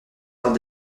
dans